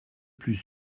plus